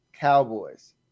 Cowboys